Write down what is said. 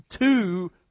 two